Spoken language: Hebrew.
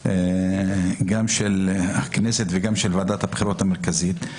גם של הכנסת וגם של ועדת הבחירות המרכזית.